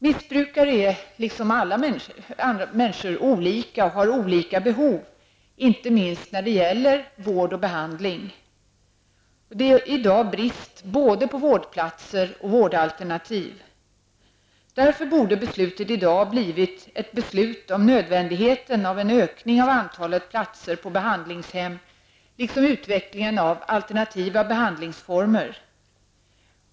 Missbrukare är, liksom alla människor, olika och har olika behov inte minst när det gäller vård och behandling. Det är i dag brist både på vårdplatser och vårdalternativ. Därför borde beslutet i dag blivit ett beslut om nödvändigheten av en ökning av antalet platser på behandlingshem och utveckling av alternativa behandlingsformer.